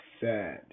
sad